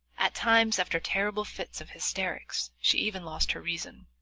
at times after terrible fits of hysterics she even lost her reason.